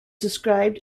described